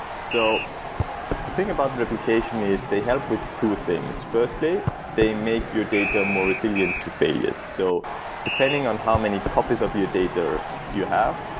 so think about replication, is they help with two things. firstly they make your data more resilient to failures. so depending on how many copies of your data you have,